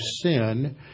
sin